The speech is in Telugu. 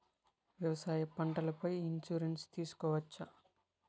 వ్యవసాయ పంటల పై ఇన్సూరెన్సు తీసుకోవచ్చా?